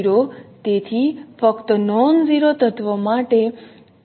તેથી ફક્ત non zero તત્વો માટે જ આ રચના ખૂબ સરળ છે